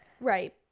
Right